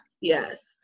Yes